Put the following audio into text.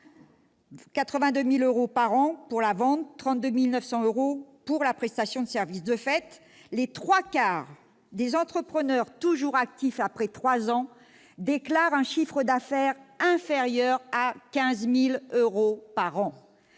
82 000 euros pour la vente et 32 900 euros pour la prestation de services. De fait, les trois quarts des entrepreneurs toujours actifs après trois ans déclarent un chiffre d'affaires inférieur à 15 000 euros par an